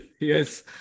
Yes